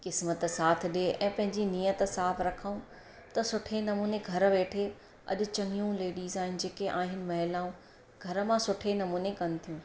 क़िस्मत साथ ॾे ऐं पंहिंजी नीयत साफ़ु रखऊं त सुठे नमूने घर वेठे अॼु चङियूं लेडिस आहिनि जेके आहिनि महिलाऊं घर मां सुठे नमूने कनि थियूं